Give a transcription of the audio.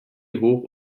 hoch